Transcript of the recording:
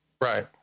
Right